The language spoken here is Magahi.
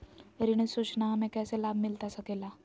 ऋण सूचना हमें कैसे लाभ मिलता सके ला?